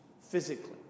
physically